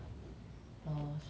actually I like watch chinese movies